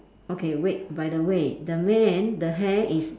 okay wait by the way the man the hair is